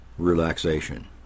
Relaxation